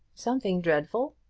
something dreadful!